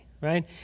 right